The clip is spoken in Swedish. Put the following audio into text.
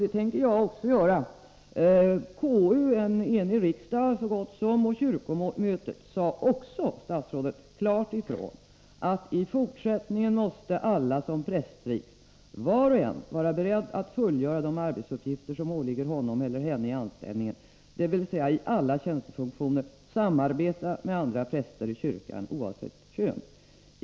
Det tänker också jag göra. Konstitutionsutskottet, en så gott som enig riksdag och kyrkomötet sade också, statsrådet, klart ifrån: I fortsättningen måste alla som prästvigs var och en vara beredd att fullgöra de arbetsuppgifter som åligger honom eller henne i anställningen, dvs. i alla tjänstefunktioner samarbeta med andra präster i kyrkan oavsett kön.